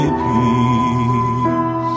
peace